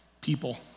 people